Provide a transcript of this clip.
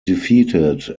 defeated